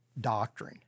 doctrine